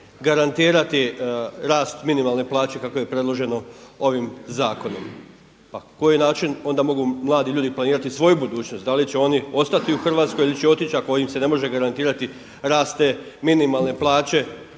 garantirati rast minimalne plaće kako je predloženo ovim zakonom. Pa koji način onda mogu mladi ljudi planirati svoju budućnost? Da li će oni ostati u Hrvatskoj ili će otići ako im se ne može garantirati rast te minimalne plaće,